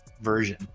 version